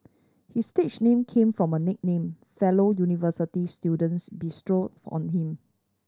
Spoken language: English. his stage name came from a nickname fellow university students bestowed on him